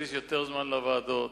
להקדיש יותר זמן לוועדות,